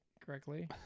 correctly